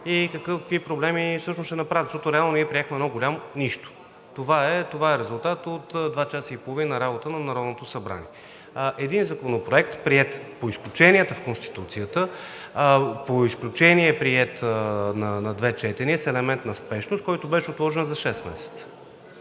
и какви проблеми всъщност ще направят. Защото реално ние приехме едно голямо нищо. Това е резултатът от два часа и половина работа на Народното събрание – един законопроект, приет по изключенията в Конституцията, по изключение приет на две четения, с елемент на спешност, който беше отложен за шест месеца.